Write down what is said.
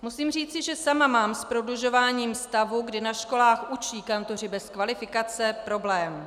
Musím říci, že sama mám s prodlužováním stavu, kdy na školách učí kantoři bez kvalifikace, problém.